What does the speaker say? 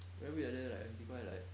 very weird like that leh like 很奇怪 like